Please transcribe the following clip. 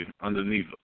underneath